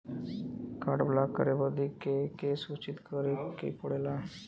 Card block करे बदी के के सूचित करें के पड़ेला?